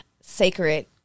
sacred